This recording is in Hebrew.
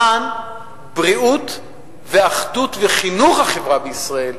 למען בריאות ואחדות וחינוך החברה בישראל,